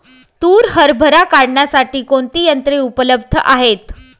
तूर हरभरा काढण्यासाठी कोणती यंत्रे उपलब्ध आहेत?